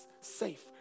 safe